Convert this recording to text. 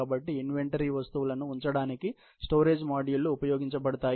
కాబట్టి ఇన్వెంటరీ వస్తువులను ఉంచడానికి స్టోరేజ్ మాడ్యూల్ లు ఉపయోగించబడతాయి